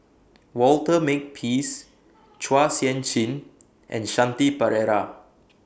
Walter Makepeace Chua Sian Chin and Shanti Pereira